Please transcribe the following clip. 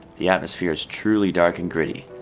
the atmosphere is truly dark and gritty.